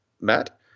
matt